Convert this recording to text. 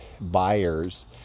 buyers